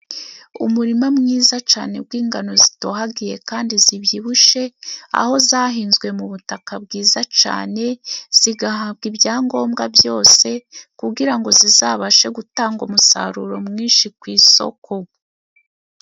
Umurima mwiza cyane w'ingano zitohagiye kandi zibyibushye, aho zahinzwe mu butaka bwiza cane, zigahabwa ibyangombwa byose, kugira ngo zizabashe gutanga umusaruro mwinshi ku isoko.